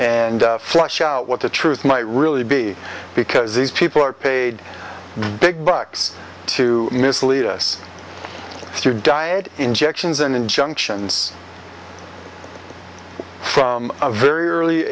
and flush out what the truth might really be because these people are paid big bucks to mislead us through diet injections and injunctions from a very early